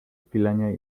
kwilenie